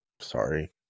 sorry